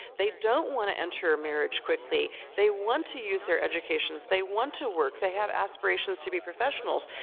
they don't wanna enter marriage quickly. they want to use their educations, they want to work. they have aspirations to be professionals.